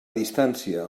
distància